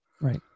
Right